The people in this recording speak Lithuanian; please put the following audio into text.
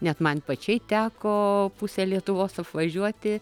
net man pačiai teko pusę lietuvos apvažiuoti